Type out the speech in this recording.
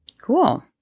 Cool